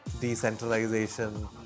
decentralization